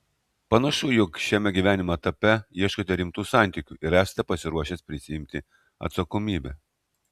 panašu jog šiame gyvenimo etape ieškote rimtų santykių ir esate pasiruošęs prisiimti atsakomybę